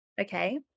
Okay